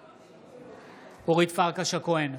בעד אורית פרקש הכהן,